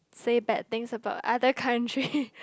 say bad things about other country